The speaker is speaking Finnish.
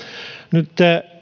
nyt